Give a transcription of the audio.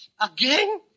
Again